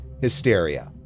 hysteria